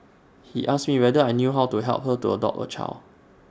he asked me whether I knew how to help her to adopt A child